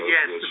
Yes